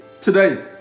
today